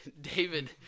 David